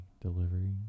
delivery